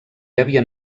havien